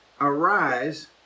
Arise